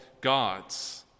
gods